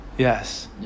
Yes